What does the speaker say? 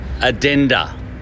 addenda